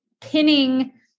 pinning